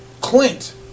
Clint